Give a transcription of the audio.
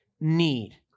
need